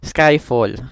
Skyfall